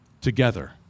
together